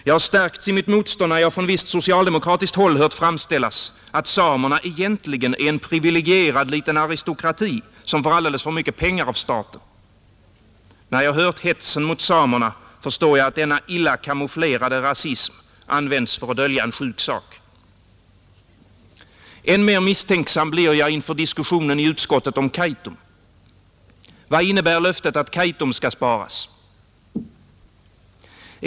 Jag har stärkts i mitt motstånd, när jag från visst socialdemokratiskt håll hört framställas att samerna egentligen är en privilegierad liten aristokrati, som får alldeles för mycket pengar av staten, När jag hört hetsen mot samerna, förstår jag att denna illa kamouflerade rasism används för att dölja en sjuk sak. Än mer misstänksam blir jag inför diskussionen i utskottet om Kaitum. Vad innebär löftet att Kaitum skall sparas?